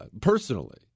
personally